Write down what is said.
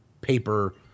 paper